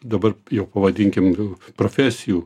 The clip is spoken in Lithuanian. dabar jau pavadinkim profesijų